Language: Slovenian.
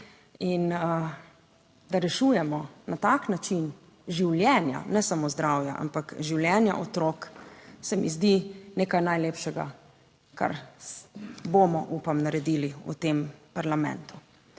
In da rešujemo na tak način življenja, ne samo zdravja, ampak življenja otrok, se mi zdi nekaj najlepšega, kar bomo upam naredili v tem parlamentu.